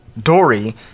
Dory